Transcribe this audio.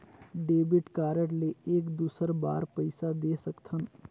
Debit card ले एक दुसर बार पइसा दे सकथन?